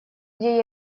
где